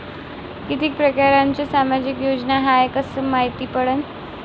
कितीक परकारच्या सामाजिक योजना हाय कस मायती पडन?